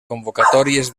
convocatòries